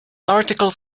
article